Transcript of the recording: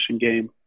game